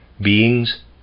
beings